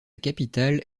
capitale